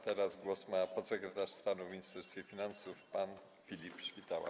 Teraz głos ma podsekretarz stanu w Ministerstwie Finansów pan Filip Świtała.